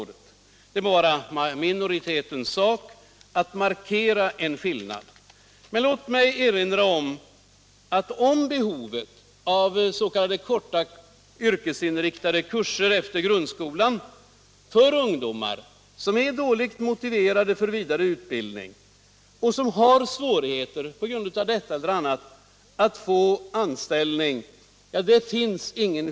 Det må vara minoritetens sak att markera en skillnad, men låt mig erinra om att det inte finns någon skillnad mellan oss och minoriteten i synen på behovet av s.k. korta yrkesinriktade kurser efter grundskolan för ungdomar som är dåligt motiverade för vidare utbildning och som har svårigheter — på grund av detta eller annat — att få anställning.